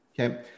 Okay